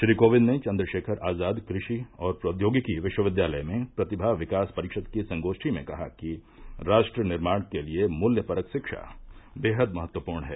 श्री कोविंद ने चंद्रशेखर आजाद कृषि और प्रौद्योगिकी विश्वविद्यालय में प्रतिभा विकास परिषद की संगोष्ठी में कहा कि राष्ट्र निर्माण के लिए मूल्यपरक शिक्षा बेहद महत्वपूर्ण है